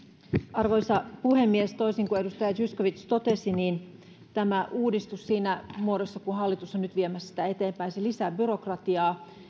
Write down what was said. arvoisa puhemies toisin kuin edustaja zyskowicz totesi niin tämä uudistus siinä muodossa kuin hallitus on nyt viemässä sitä eteenpäin lisää byrokratiaa